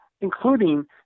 including